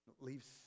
Leaves